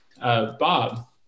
Bob